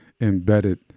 embedded